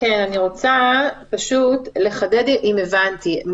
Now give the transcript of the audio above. אני רוצה לחדד ולראות אם הבנתי.